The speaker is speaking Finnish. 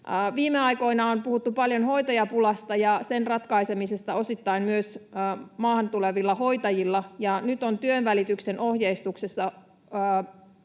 Viime aikoina on puhuttu paljon hoitajapulasta ja sen ratkaisemisesta osittain myös maahan tulevilla hoitajilla, ja nyt on työnvälityksen ohjeistuksessa